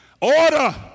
Order